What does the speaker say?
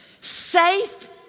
safe